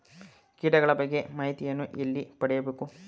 ಕೀಟಗಳ ಬಗ್ಗೆ ಮಾಹಿತಿಯನ್ನು ಎಲ್ಲಿ ಪಡೆಯಬೇಕು?